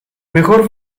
mejor